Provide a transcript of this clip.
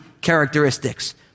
characteristics